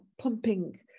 pumping